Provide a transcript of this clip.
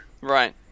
Right